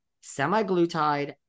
semi-glutide